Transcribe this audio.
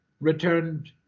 returned